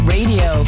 Radio